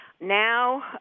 Now